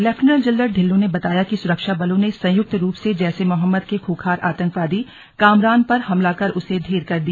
lieutenant general Dhillon ने बताया कि सुरक्षा बलों ने संयुक्त रूप से जैश ए मोहम्मद के खूंखार आतंकवादी कामरान पर हमला कर उसे ढेर कर दिया